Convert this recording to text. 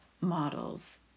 models